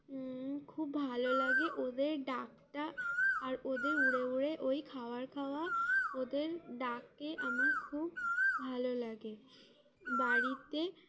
খুব ভালো লাগে ওদের ডাকটা আর ওদের উড়ে উড়ে ওই খাওয়ার খাওয়া ওদের ডাককে আমার খুব ভালো লাগে বাড়িতে